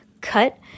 cut